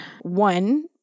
one